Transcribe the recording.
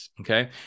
okay